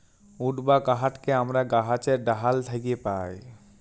would বা কাহাঠকে আমরা গাহাছের ডাহাল থ্যাকে পাই